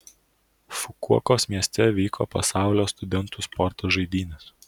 fukuokos mieste vyko pasaulio studentų sporto žaidynės